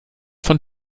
von